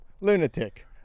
lunatic